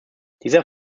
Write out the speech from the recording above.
dieser